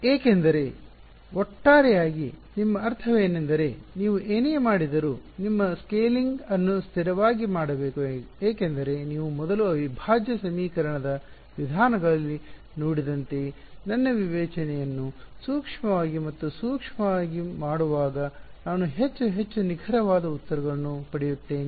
ಏಕೆಂದರೆ ಒಟ್ಟಾರೆಯಾಗಿ ನಿಮ್ಮ ಅರ್ಥವೇನೆಂದರೆ ನೀವು ಏನೇ ಮಾಡಿದರೂ ನಿಮ್ಮ ಸ್ಕೇಲಿಂಗ್ ಅನ್ನು ಸ್ಥಿರವಾಗಿ ಮಾಡಬೇಕು ಏಕೆಂದರೆ ನೀವು ಮೊದಲು ಅವಿಭಾಜ್ಯ ಸಮೀಕರಣದ ವಿಧಾನಗಳಲ್ಲಿ ನೋಡಿದಂತೆ ನನ್ನ ವಿವೇಚನೆಯನ್ನು ಸೂಕ್ಷ್ಮವಾಗಿ ಮತ್ತು ಸೂಕ್ಷ್ಮವಾಗಿ ಮಾಡುವಾಗ ನಾನು ಹೆಚ್ಚು ಹೆಚ್ಚು ನಿಖರವಾದ ಉತ್ತರಗಳನ್ನು ಪಡೆಯುತ್ತೇನೆ